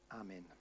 Amen